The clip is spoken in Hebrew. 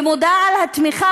ומודה על התמיכה